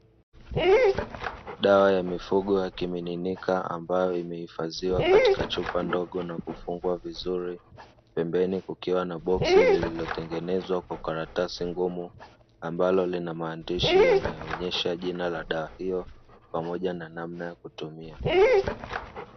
Dawa ya mifugo ya kimiminika ambayo imehifadhiwa katika chupa ndogo na kufungwa vizuri. Pembeni kukiwa na boksi lililotengenezwa kwa karatasi ngumu, ambalo lina maandishi yanayoonyesha jina la dawa hiyo pamoja na namna ya kutumia.